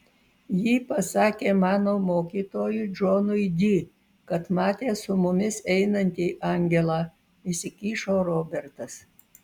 ji pasakė mano mokytojui džonui di kad matė su mumis einantį angelą įsikišo robertas